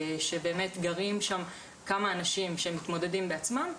שגרים שם כמה אנשים שהם מתמודדים בעצמם,